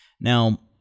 Now